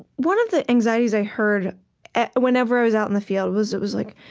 one of the anxieties i heard whenever i was out in the field was, it was like,